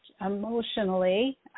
emotionally